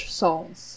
songs